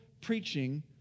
preaching